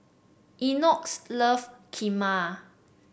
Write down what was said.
Enoch loves Kheema